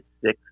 six